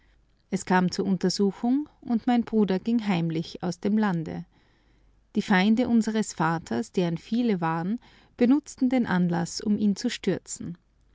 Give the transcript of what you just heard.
es kam zur untersuchung und mein bruder ging heimlich aus dem lande die feinde unseres vaters deren viele waren benutzten den anlaß ihn zu stürzen